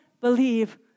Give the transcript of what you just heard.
believe